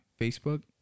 Facebook